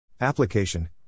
Application